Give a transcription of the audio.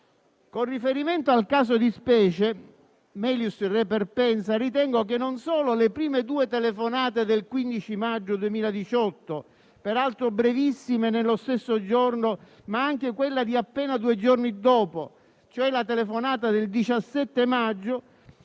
Con riferimento al caso di specie, *melius re perpensa*, ritengo che non solo le prime due telefonate del 15 maggio 2018 - peraltro brevissime e nello stesso giorno - ma anche quella di appena due giorni dopo (la telefonata del 17 maggio),